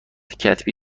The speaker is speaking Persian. کتبی